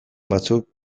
batzuk